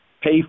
pay